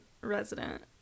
resident